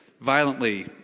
violently